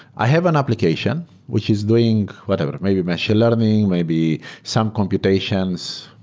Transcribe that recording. i have an application, which is doing whatever, maybe machine learning, maybe some computations,